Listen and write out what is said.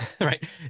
right